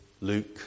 Luke